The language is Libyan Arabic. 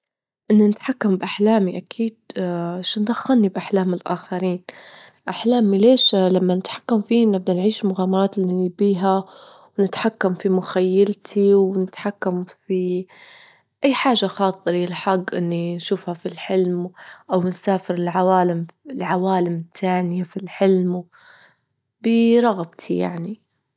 إن نتحكم بأحلامي أكيد شنو دخلني بأحلام الآخرين? أحلامي ليش لما نتحكم فيه نبدأ نعيش مغامرات اللي نبيها، ونتحكم في مخيلتي، ونتحكم في أي حاجة خاطري للحج إني أشوفها في الحلم أو نسافر لعوالم- لعوالم تانية في الحلم، برغبتي يعني.